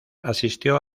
asistió